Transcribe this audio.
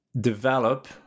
develop